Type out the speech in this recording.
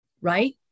right